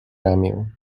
ramię